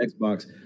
Xbox